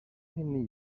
mean